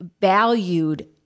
valued